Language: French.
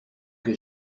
que